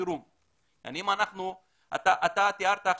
המדינה הולכת לאנרגיה שכולה תהיה ירוקה,